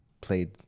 played